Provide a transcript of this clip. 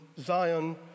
Zion